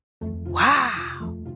Wow